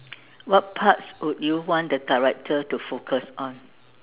what parts would you want the director to focus on